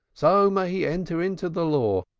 so may he enter into the law,